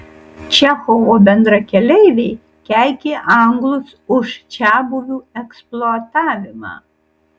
čechovo bendrakeleiviai keikė anglus už čiabuvių eksploatavimą